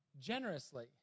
generously